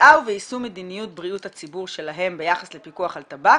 "בקביעה וביישום מדיניות בריאות הציבור שלהם ביחס לפיקוח על טבק